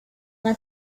una